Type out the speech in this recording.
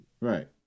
Right